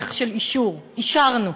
הליך של אישור, אישרנו.